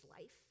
life